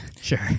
Sure